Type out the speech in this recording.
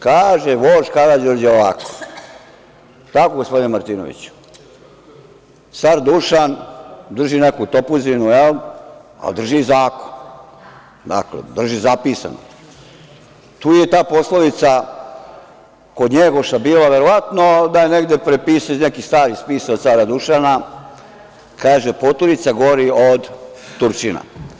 Kaže vožd Karađorđe ovako, je li tako gospodine Martinoviću, car Dušan drži neku topuzinu, ali drži i zakon, dakle drži zapisano, tu je i ta poslovica kod Njegoša bila, verovatno da je negde prepisao iz nekih spisa od cara Dušana, kaže – poturica gori od Turčina.